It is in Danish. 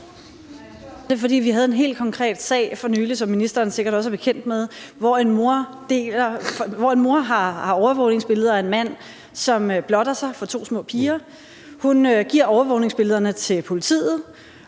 haft en helt konkret sag, som ministeren sikkert også er bekendt med, hvor en mor har overvågningsbilleder af en mand, som blotter sig for to små piger. Hun giver overvågningsbillederne til politiet,